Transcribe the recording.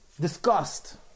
Disgust